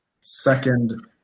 second